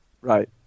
Right